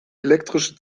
elektrische